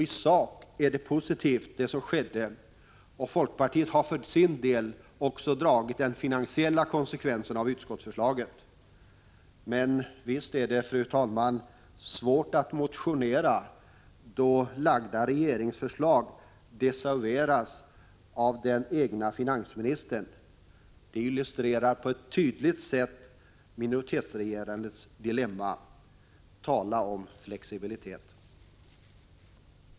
I sak är det som skedde positivt, och folkpartiet har för sin del också dragit den finansiella konsekvensen av utskottsförslaget. Men visst är det, fru talman, svårt att motionera då framlagda regeringsförslag desavoueras av finansministern. Det illustrerar på ett tydligt sätt minoritetsregerandets dilemma. Tala om flexibilitet!